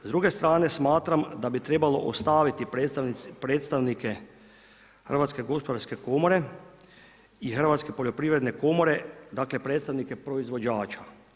S druge strane smatram da bi trebalo ostaviti predstavnike HGK-a i Hrvatske poljoprivredne komore, dakle predstavnike proizvođača.